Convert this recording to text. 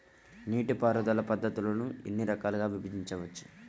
నీటిపారుదల పద్ధతులను ఎన్ని రకాలుగా విభజించవచ్చు?